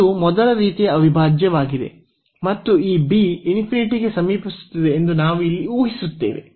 ಇದು ಮೊದಲ ರೀತಿಯ ಅವಿಭಾಜ್ಯವಾಗಿದೆ ಮತ್ತು ಈ b ಗೆ ಸಮೀಪಿಸುತ್ತಿದೆ ಎಂದು ನಾವು ಇಲ್ಲಿ ಊಹಿಸುತ್ತೇವೆ